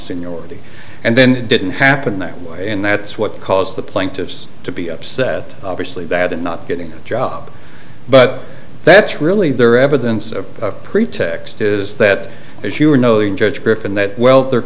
seniority and then it didn't happen that way and that's what caused the plaintiffs to be upset obviously that and not getting a job but that's really their evidence of a pretext is that as you are no the judge griffin that well th